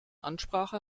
ansprache